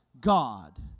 God